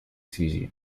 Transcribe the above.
связи